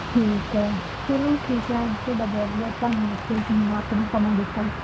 ਠੀਕ ਹੈ ਚਲੋ ਠੀਕ ਹੈ ਤੁਹਾਡਾ ਬਹੁਤ ਬਹੁਤ ਧੰਨਵਾਦ ਤੁਸੀਂ ਮੈਨੂੰ ਆਪਣਾ ਸਮਾਂ ਦਿੱਤਾ